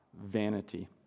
vanity